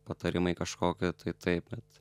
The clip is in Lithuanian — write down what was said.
patarimai kažkokio tai taip bet